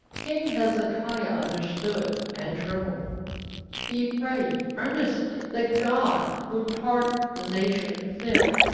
king hezekiah understood and trembled he prayed earnestly that god would pardon the nation's sin,